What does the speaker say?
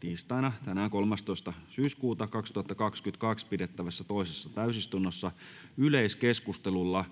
tiistaina 13. syyskuuta 2022 pidettävässä toisessa täysistunnossa yleiskeskustelulla,